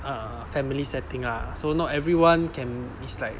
uh family setting ah so not everyone can is like